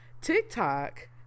TikTok